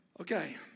Okay